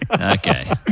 Okay